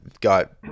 got